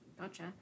Gotcha